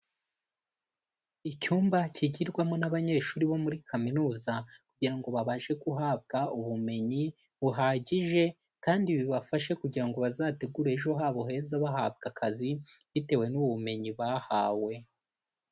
Icyumba kigirwamo n'abanyeshuri bo muri kaminuza kugira ngo babashe guhabwa ubumenyi buhagije kandi bibafashe kugira ngo bazategure ejo habo heza, bahabwa akazi bitewe n'ubumenyi bahawe.